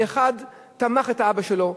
אחד תמך באבא שלו,